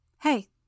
Hey